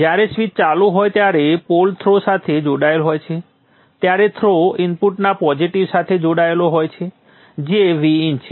જ્યારે સ્વીચ ચાલુ હોય ત્યારે પોલ થ્રો સાથે જોડાયેલ હોય છે ત્યારે થ્રો ઇનપુટના પોઝિટિવ સાથે જોડાયેલો હોય છે જે Vin છે